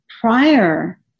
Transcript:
prior